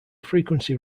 frequency